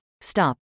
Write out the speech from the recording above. stop